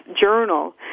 journal